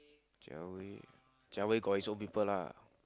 Jia Wei Jia Wei got his own people lah